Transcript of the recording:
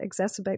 exacerbate